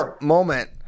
moment